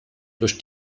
durch